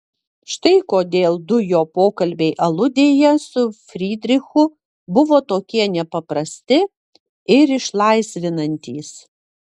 štai kodėl du jo pokalbiai aludėje su frydrichu buvo tokie nepaprasti ir išlaisvinantys